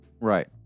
Right